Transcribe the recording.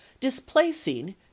displacing